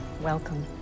Welcome